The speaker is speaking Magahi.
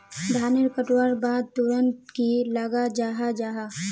धानेर कटवार बाद तुरंत की लगा जाहा जाहा?